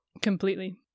Completely